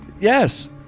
Yes